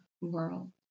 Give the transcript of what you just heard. world